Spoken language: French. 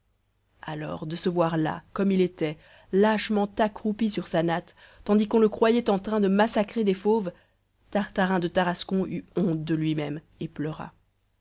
alors de se voir là comme il était lâchement accroupi sur sa natte tandis qu'on le croyait en train de massacrer des fauves tartarin de tarascon eut honte de lui-même et pleura